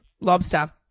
Lobster